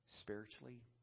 spiritually